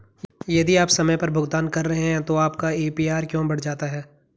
यदि आप समय पर भुगतान कर रहे हैं तो आपका ए.पी.आर क्यों बढ़ जाता है?